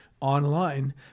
online